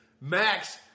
Max